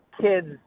kids